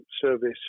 service